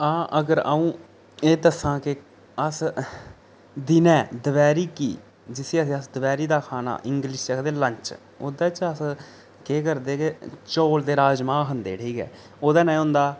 हां अगर अ'ऊं एह् दस्सां कि अस दिनें दपैह्री गी जिसी आखदे अस दपैह्री दा खाना इंग्लिश च आखदे लंच ओह्दे च अस केह् करदे कि चौल ते राजमांह् खंदे ठीक ऐ ओह्दे नै एह् होंदा